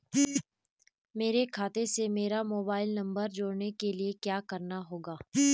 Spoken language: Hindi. मेरे खाते से मेरा मोबाइल नम्बर जोड़ने के लिये क्या करना होगा?